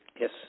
Yes